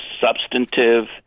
substantive